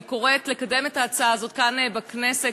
אני קוראת לקדם את ההצעה הזאת כאן בכנסת,